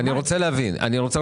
אני רוצה להבהיר.